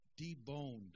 deboned